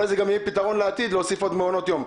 אולי זה יהיה גם פתרון לעתיד להוסיף עוד מקומות יום.